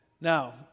Now